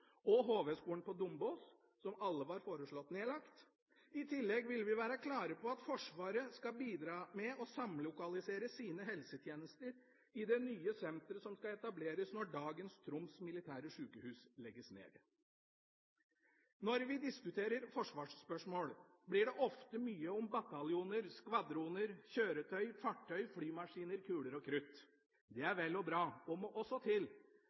samt HV-skolen på Dombås – som alle var foreslått nedlagt. I tillegg ville vi være klare på at Forsvaret skal bidra med å samlokalisere sine helsetjenester i det nye senteret som skal etableres når dagens Troms militære sykehus legges ned. Når vi diskuterer forsvarsspørsmål, blir det ofte mye om bataljoner, skvadroner, kjøretøy, fartøy, flymaskiner, kuler og krutt. Det er vel og bra og må også til,